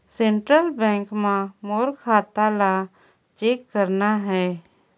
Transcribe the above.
Central bank मां मोर खाता ला चेक करना हे?